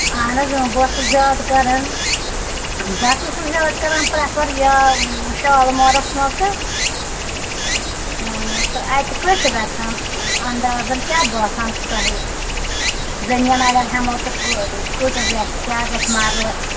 اہن حظ اۭں بہٕ ٲسٕس زیادٕ کَران بہٕ ہَسا ٲسٕس زیادٕ کَران پرٛٮ۪فَر یا شالمورَس منٛز تہٕ اۭں تہٕ اَتہِ کٔہۍ چھُ گژھان اَندازَن کیٛاہ باسان چھُ تۄہہِ زٔمیٖن اَگر ہٮ۪مو تہٕ کہٕ کۭتِس گژھِ کیٛاہ گژھِ مَرلہٕ